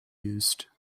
used